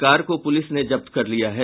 car को police ने जब्त कर लिया है